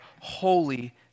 holy